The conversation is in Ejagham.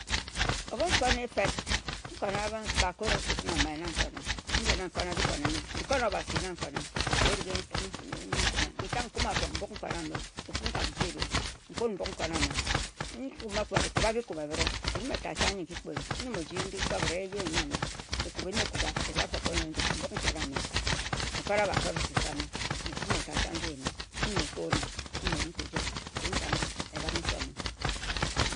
Obu-nfonn effet, nkon-na ba choruses njena nkonna bi kon emeh bi kon Obasi na meh nkon-na, na erig nkume njitat nkume mbok nkon-na meh or nji ebhin nkoma-afo ebuk nkon, nji-tat chang nji nki yim se ah-yee nyim na, nkuma ka nju ekuba-bi-kube. Nyim oyim nji-tat me se a yeb a kuba-bi-kobe. Nn-di afo ka unyoi nju nkon-na bi kon emeh. Ba choruses a-meh nkun afo ka nju nse-omeh, ka nyem otu-nnee.